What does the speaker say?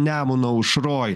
nemuno aušroj